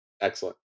Excellent